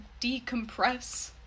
decompress